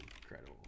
incredible